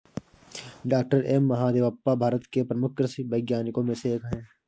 doctor M Mahadevappa Bharat के प्रमुख कृषि वैज्ञानिकों में से एक हैं